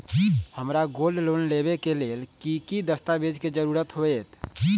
हमरा gold loan लेबे के लेल कि कि दस्ताबेज के जरूरत होयेत?